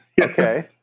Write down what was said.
Okay